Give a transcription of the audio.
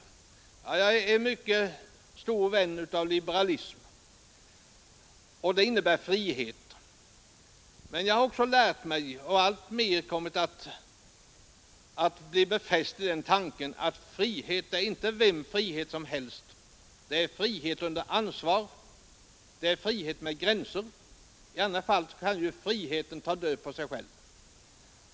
Ja, jag är en stor vän av liberalismen som ju innebär frihet Men jag har också lärt mig och jag har blivit alltmer befäst i övertygelsen att det är riktigt — att den rätta friheten inte är vilken frihet som helst. Den är frihet under ansvar, frihet med gränser; i annat fall kan friheten ta död på sig själv.